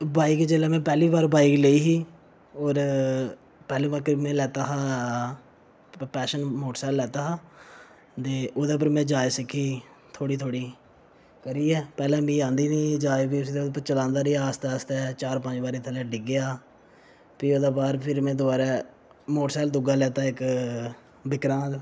bike जिसलै में पैह्ली बार बाईक लेई ही होर पैहली बारी कि में लैता हा पैशन मोटर सैकल लैता हा ते ओह्दे उप्पर में जाच सिक्खी ही करियै पैह्लें मिगी आंदी निं ही जाच फिर चलांदा रेहा आस्ता आस्ता चार पंज बारी थल्लै डिग्गेआ फ्ही ओह्दे बाद फिर में दबारा मोटर सैकल दूआ लैता इक बिक्रांल